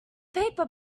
paper